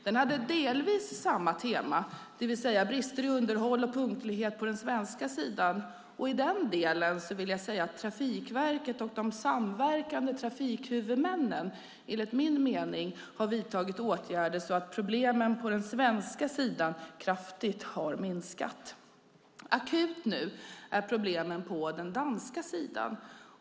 Den hade delvis samma tema, det vill säga brister i underhåll och punktlighet på den svenska sidan. I den delen vill jag säga att Trafikverket och de samverkande trafikhuvudmännen enligt min mening har vidtagit åtgärder så att problemen på den svenska sidan har minskat kraftigt. Akut nu är problemen på den danska sidan.